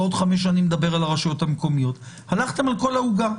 ועוד חמש שנים נדבר על הרשויות המקומיות אלא הלכתם על כל העוגה.